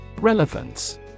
Relevance